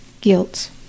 guilt